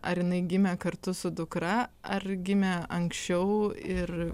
ar jinai gimė kartu su dukra ar gimė anksčiau ir